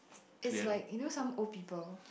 it's like you know some old people